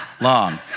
long